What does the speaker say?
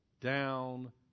down